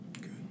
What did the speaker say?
Good